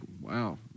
wow